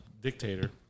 dictator